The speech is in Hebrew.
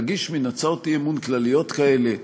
להגיש מין הצעות אי-אמון כלליות כאלה: